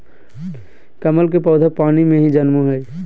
कमल के पौधा पानी में ही जन्मो हइ